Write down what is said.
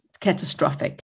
catastrophic